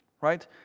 right